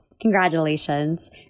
Congratulations